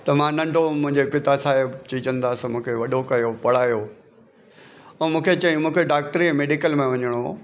त मां नंढो हुयुमि मुंहिंजे पिता साहिब चीचंदास मूंखे वॾो कयो पढ़ायो ऐं मूंखे चयूं मूंखे डॉक्टरी मेडिकल में वञिणो हुयो